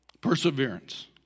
perseverance